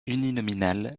uninominal